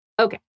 Okay